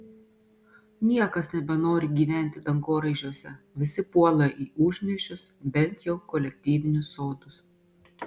niekas nebenori gyventi dangoraižiuose visi puola į užmiesčius bent jau kolektyvinius sodus